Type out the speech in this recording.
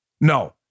No